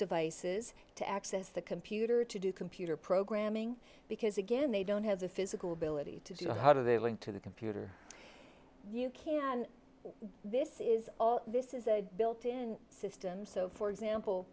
devices to access the computer to do computer programming because again they don't have the physical ability to do you know how do they link to the computer you can this is all this is a built in system so for example